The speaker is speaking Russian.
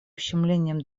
ущемлением